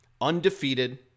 undefeated